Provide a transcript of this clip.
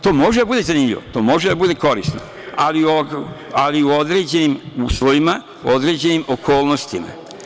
To može da bude zanimljivo, to može da bude korisno, ali, u određenim uslovima, u određenim okolnostima.